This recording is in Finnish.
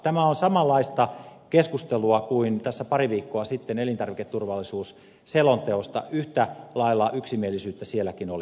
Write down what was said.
tämä on samanlaista keskustelua kuin pari viikkoa sitten elintarviketurvallisuuselonteosta yhtä lailla yksimielisyyttä sielläkin oli